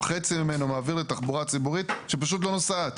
חצי ממנו מעביר לתחבורה ציבורית שפשוט לא נוסעת,